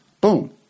Boom